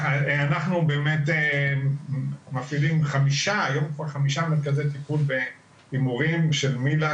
אנחנו מפעילים היום חמישה מרכזי טיפול בהימורים של מיל"ה,